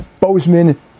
Bozeman